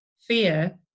fear